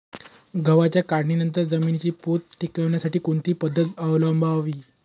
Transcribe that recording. गव्हाच्या काढणीनंतर जमिनीचा पोत टिकवण्यासाठी कोणती पद्धत अवलंबवावी?